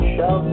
Show